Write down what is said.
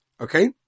okay